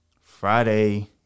Friday